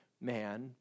man